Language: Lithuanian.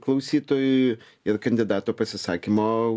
klausytojui ir kandidato pasisakymo